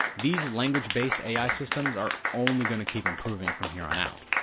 these language-based ai systems are only going to keep improving from here on out,